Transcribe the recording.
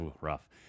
rough